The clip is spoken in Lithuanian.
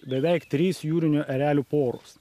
beveik trys jūrinių erelių poros